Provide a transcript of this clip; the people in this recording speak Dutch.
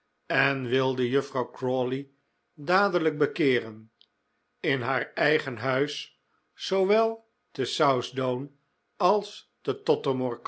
en wilde juffrouw crawley dadelijk bekeeren in haar eigen huis zoowel te southdown als